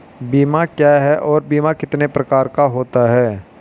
बीमा क्या है और बीमा कितने प्रकार का होता है?